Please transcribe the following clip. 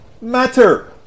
Matter